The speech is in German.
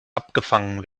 abgefangen